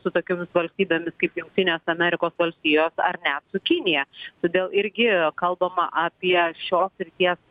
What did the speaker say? su tokiomis valstybėmis kaip jungtinės amerikos valstijos ar su kinija todėl irgi kalbama apie šios srities